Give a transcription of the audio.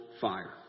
fire